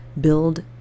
build